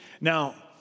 Now